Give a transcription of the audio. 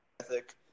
ethic